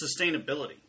sustainability